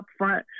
upfront